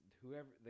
whoever